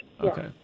Okay